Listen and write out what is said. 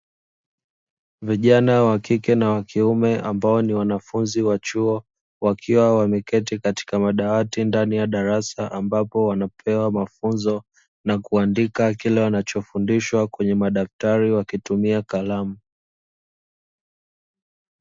Vijana wakike na wakiume ambao ni wanafunzi wa chuo wakiwa wameketi katika madawati ndani ya darasa, ambapo wanapewa mafunzo na kuandika kile wanachofundishwa kwenye madaftari wakitumia kalamu.